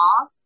off